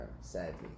sadly